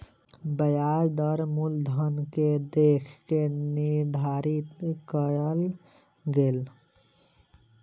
ब्याज दर मूलधन के देख के निर्धारित कयल गेल